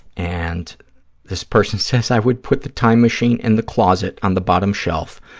and this person says, i would put the time machine in the closet on the bottom shelf.